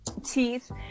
teeth